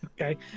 Okay